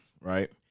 right